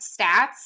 stats